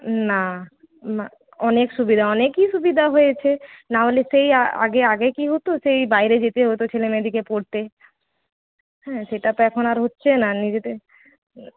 না না অনেক সুবিধা অনেকই সুবিধা হয়েছে নাহলে সেই আগে আগে কি হত সেই বাইরে যেতে হত ছেলেমেয়েদের পড়তে হ্যাঁ সেটা তো এখন আর হচ্ছে না